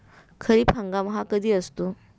खरीप हंगाम हा कधी असतो?